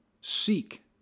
Seek